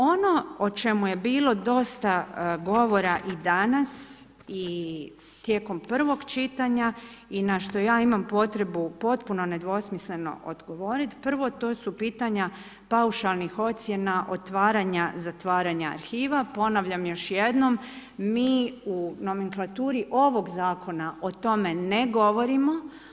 Ono o čemu je bilo dosta govora i danas i tijekom prvog čitanja i na što ja imam potrebu potpuno nedvosmisleno odgovoriti, prvo to su pitanja paušalnih ocjena otvaranja, zatvaranja arhiva, ponavljam još jednom, mi u nomenklaturi ovog Zakona o tome ne govorimo.